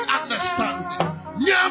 understanding